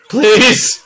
Please